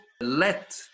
let